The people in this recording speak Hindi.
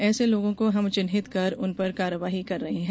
ऐसे लोगों को हम चिंहित कर उन पर कार्रवाई कर रहे हैं